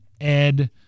Ed